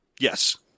Yes